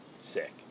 Sick